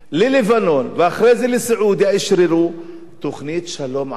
ואשררו תוכנית שלום ערבית שאומרת: נורמליזציה